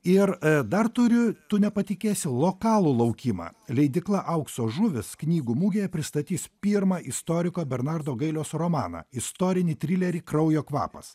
ir dar turiu tu nepatikėsi lokalų laukimą leidykla aukso žuvys knygų mugėje pristatys pirmą istoriko bernardo gailiaus romaną istorinį trilerį kraujo kvapas